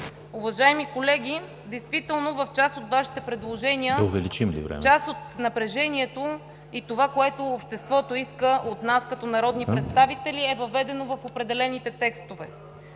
Уважаеми колеги, действително с част от Вашите предложения се отговаря на напрежението и това, което обществото иска от нас като народни представители, с определени текстове,